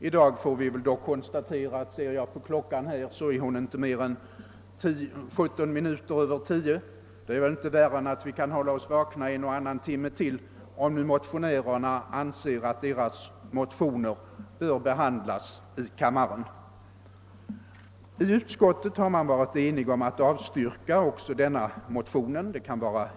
Jag ser dock att klockan inte är mer än 17 minuter över 10 på kvällen, och det är väl inte värre än att vi kan hålla oss vakna ytterligare en eller annan timme, om motionärerna anser att deras motioner bör behandlas utförligt i kammaren. Utskottet har varit enigt om att avstyrka dessa motioner.